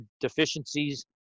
deficiencies